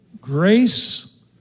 grace